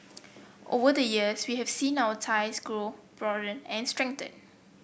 over the years we have seen our ties grow broaden and strengthen